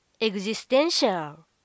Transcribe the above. Existential